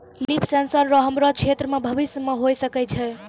लिफ sensor रो हमरो क्षेत्र मे भविष्य मे होय सकै छै